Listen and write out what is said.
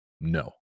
No